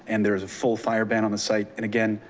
and there's a full fire ban on the site. and again,